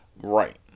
right